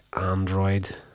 android